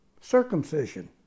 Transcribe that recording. Circumcision